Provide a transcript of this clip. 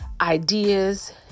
ideas